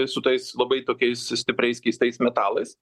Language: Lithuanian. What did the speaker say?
su tais labai tokiais stipriais keistais metalais